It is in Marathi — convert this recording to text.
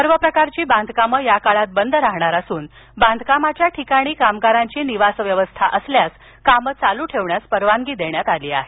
सर्व प्रकारची बांधकामं या काळात बंद राहणार असून बांधकामाच्या ठिकाणी कामगारांची निवासव्यवस्था असल्यास काम चालू ठेवण्यास परवानगी देण्यात आली आहे